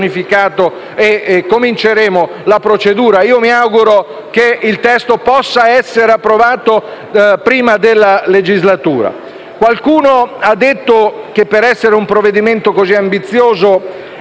unificato e cominceremo la procedura. Mi auguro che il testo possa essere approvato prima della fine della legislatura. Qualcuno ha detto che, per essere un provvedimento così ambizioso,